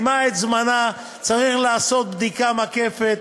צריך לעשות בדיקה מקפת.